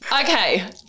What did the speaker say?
Okay